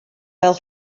fel